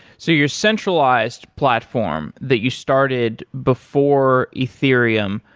so your centralized platform that you started before ethereum,